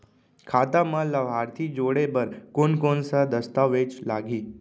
खाता म लाभार्थी जोड़े बर कोन कोन स दस्तावेज लागही?